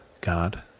God